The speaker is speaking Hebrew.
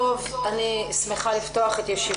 אנחנו מאוד שמחים להצטרף למרות שזהו חג.